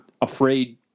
afraid